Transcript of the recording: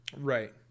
Right